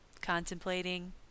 contemplating